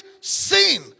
sin